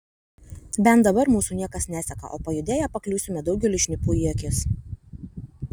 bent dabar mūsų niekas neseka o pajudėję pakliūsime daugeliui šnipų į akis